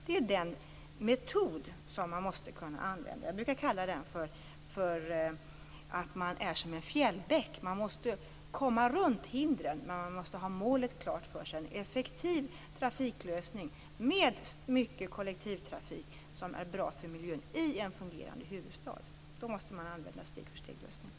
Det är den metod som man måste kunna använda. Jag brukar kalla den för fjällbäcksmetoden, där man måste komma runt hindren och ha målet klart för sig. För en effektiv trafiklösning med mycket kollektivtrafik, som är bra för miljön i en fungerande huvudstad, måste man använda en steg-för-steglösning.